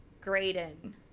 Graydon